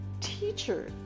teacher